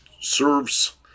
serves